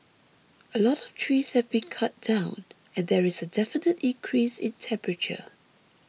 a lot of trees have been cut down and there is a definite increase in temperature